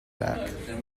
back